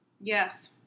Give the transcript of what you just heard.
Yes